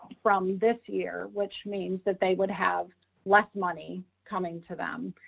from this year, which means that they would have less money coming to them.